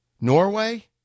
Norway